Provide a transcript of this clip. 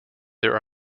there